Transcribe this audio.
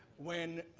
when